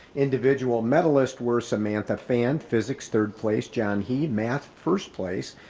individual medalist were samantha fan, physics third place john hii, math first place,